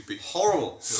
horrible